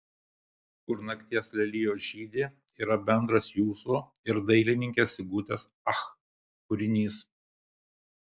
kur nakties lelijos žydi yra bendras jūsų ir dailininkės sigutės ach kūrinys